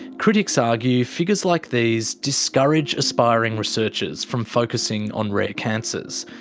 critics argue figures like these discourage aspiring researchers from focusing on rare cancers,